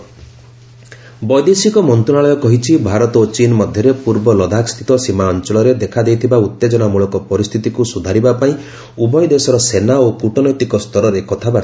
MEA Galwan valley ବୈଦେଶିକ ମନ୍ତ୍ରଣାଳୟ କହିଛି ଭାରତ ଓ ଚୀନ୍ ମଧ୍ୟରେ ପୂର୍ବ ଲଦାଖ୍ସ୍ଥିତ ସୀମା ଅଞ୍ଚଳରେ ଦେଖାଦେଇଥିବା ଉତ୍ତେଜନାମଳକ ପରିସ୍ଥିତିକୁ ସୁଧାରିବାପାଇଁ ଉଭୟ ଦେଶର ସେନା ଓ କୃଟନୈତିକ ସ୍ତରରେ କଥାବାର୍ତ୍ତା ଚାଲିଛି